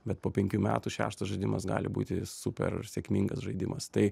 bet po penkių metų šeštas žaidimas gali būti super sėkmingas žaidimas tai